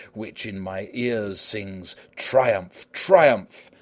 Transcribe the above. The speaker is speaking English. which in my ears sings triumph! triumph!